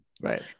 right